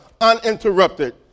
uninterrupted